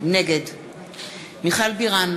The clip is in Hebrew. נגד מיכל בירן,